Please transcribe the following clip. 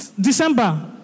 December